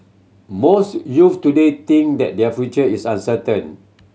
most youth today think that their future is uncertain